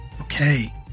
Okay